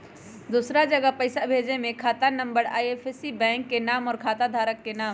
दूसरा जगह पईसा भेजे में खाता नं, आई.एफ.एस.सी, बैंक के नाम, और खाता धारक के नाम?